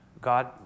God